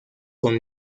con